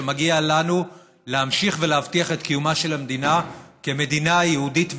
שמגיע לנו להמשיך ולהבטיח את קיומה של המדינה כמדינה יהודית,